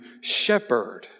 shepherd